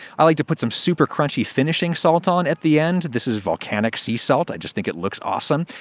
i like to put some super crunchy finishing salt on at the end. this is volcanic sea salt i just think it looks awesome.